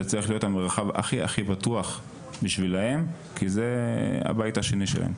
זה צריך להיות המרחב הכי בטוח בשבילם כי זה הבית השני שלהם.